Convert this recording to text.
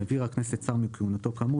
העבירה הכנסת שר מכהונתו כאמור,